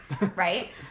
right